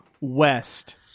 west